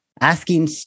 asking